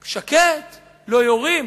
שקט, לא יורים.